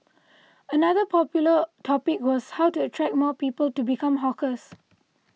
another popular topic was how to attract more people to become hawkers